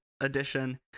Edition